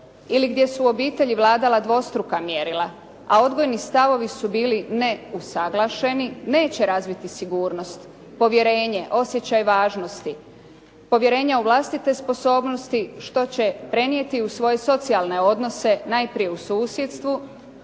ili gdje su u obitelji vladala dvostruka mjerila, a odgojni stavovi su bili neusaglašeni, neće razviti sigurnost, povjerenje, osjećaj važnosti, povjerenja u vlastite sposobnosti što će prenijeti u svoje socijalne odnose, najprije u susjedstvu,